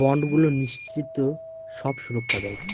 বন্ডগুলো নিশ্চিত সব সুরক্ষা দেয়